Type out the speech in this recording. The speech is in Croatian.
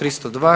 302.